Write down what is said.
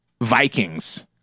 Vikings